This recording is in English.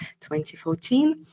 2014